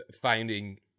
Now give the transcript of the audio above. finding